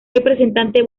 representante